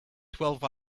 twelve